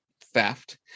theft